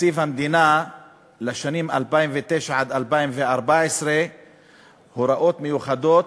תקציב המדינה לשנים 2009 עד 2014 (הוראות מיוחדות),